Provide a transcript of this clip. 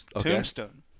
Tombstone